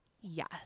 Yes